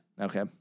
Okay